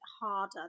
harder